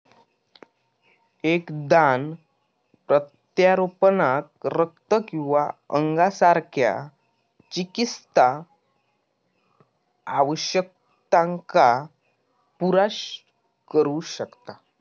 एक दान प्रत्यारोपणाक रक्त किंवा अंगासारख्या चिकित्सा आवश्यकतांका पुरा करू शकता